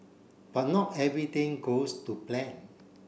but not everything goes to plan